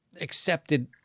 accepted